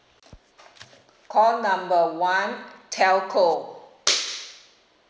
call number one telco